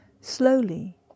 Slowly